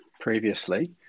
previously